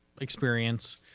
experience